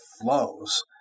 flows